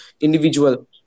individual